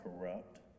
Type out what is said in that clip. corrupt